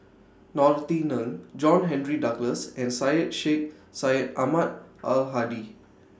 Norothy Ng John Henry Duclos and Syed Sheikh Syed Ahmad Al Hadi